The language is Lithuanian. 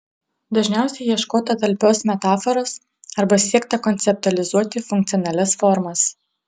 dažniausiai ieškota talpios metaforos arba siekta konceptualizuoti funkcionalias formas